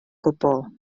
gwbl